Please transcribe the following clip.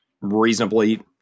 reasonably